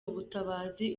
ubutabazi